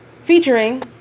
featuring